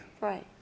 Right